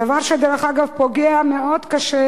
דבר שדרך אגב פוגע מאוד קשה